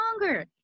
longer